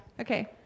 okay